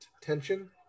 tension